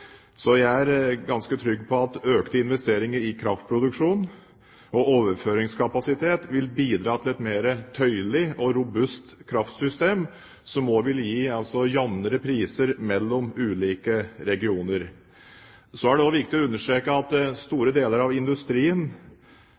Så jeg er ganske trygg på at økte investeringer i kraftproduksjonen og overføringskapasitet vil bidra til et mer tøyelig og robust kraftsystem som også vil gi jamnere priser mellom ulike regioner. Så er det også viktig å understreke at store deler av industrien